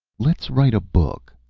let's write a book,